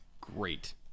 great